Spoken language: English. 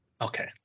Okay